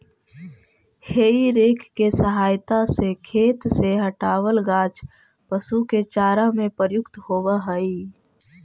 हेइ rake के सहायता से खेत से हँटावल गाछ पशु के चारा में प्रयुक्त होवऽ हई